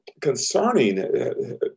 concerning